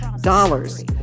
dollars